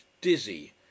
dizzy